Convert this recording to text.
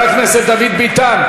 חבר הכנסת דוד ביטן,